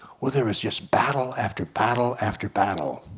well there is just battle after battle after battle.